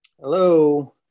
Hello